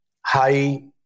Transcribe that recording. high